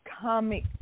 comic